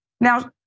Now